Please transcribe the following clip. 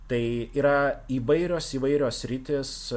tai yra įvairios įvairios sritys